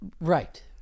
Right